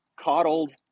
coddled